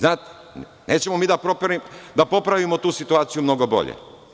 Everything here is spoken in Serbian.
Nećemo mi da popravimo tu situaciju mnogo bolje.